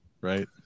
Right